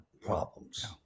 problems